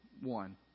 one